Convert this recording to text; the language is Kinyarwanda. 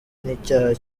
n’icyaha